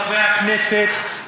חברי הכנסת,